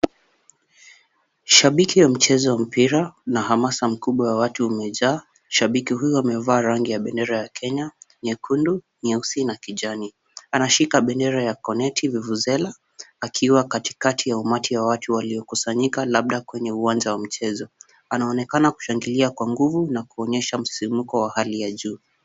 Shabiki ya mchezo wa mpira na hamasa mkubwa wa watu umejaa. Shabiki huyu amevaa rangi ya bendera ya Kenya nyekundu, nyeusi na kijani . Anashika bendera ya koneti vuvuzela akiwa katikati ya umati wa watu waliokusanyika labda kwenye uwanja wa michezo. Anaonekana kushangilia kwa nguvu na kuonyesha msisimuko wa hali ya juu.